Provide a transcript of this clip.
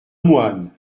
moine